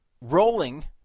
rolling